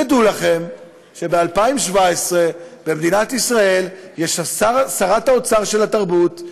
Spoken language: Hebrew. תדעו לכם שב-2017 במדינת ישראל יש שרת האוצר של התרבות,